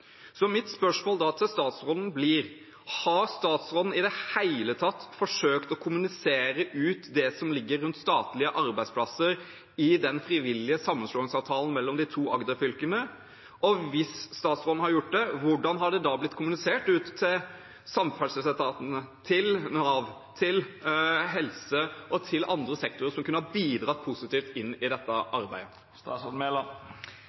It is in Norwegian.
Mitt spørsmål til statsråden blir: Har statsråden i det hele tatt forsøkt å kommunisere ut det som ligger rundt statlige arbeidsplasser i den frivillige sammenslåingsavtalen mellom de to Agder-fylkene? Hvis statsråden har gjort det, hvordan har det da blitt kommunisert ut til samferdselsetatene, til Nav, til helsesektoren, og til andre sektorer som kunne ha bidratt positivt inn i dette